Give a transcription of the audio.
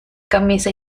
camisa